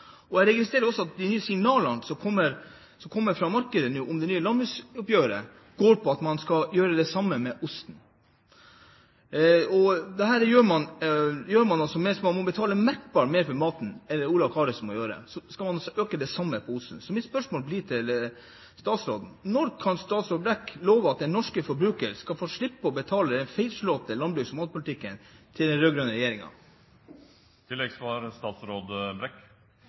og jeg registrerer også at de signalene som kommer fra markedet om det nye landbruksoppgjøret, går på at man skal gjøre det samme med osten. Dette gjør at Ola og Kari må betale merkbart mer for maten, hvis man øker prisen på osten. Så mitt spørsmål blir: Når kan statsråd Brekk love at den norske forbruker skal slippe å betale for den feilslåtte landbruks- og matpolitikken til den